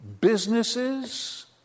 businesses